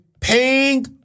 Paying